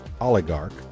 oligarch